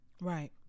Right